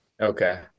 Okay